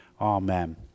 amen